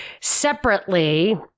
separately